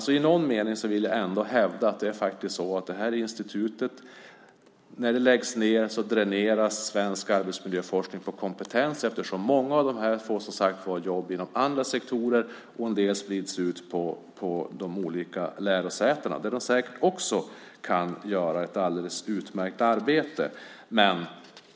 I någon mening vill jag hävda att när institutet läggs ned dräneras svensk arbetsmiljöforskning på kompetens, eftersom många av dem får jobb inom andra sektorer och en del sprids ut på de olika lärosätena. De kan säkert också göra ett utmärkt arbete där.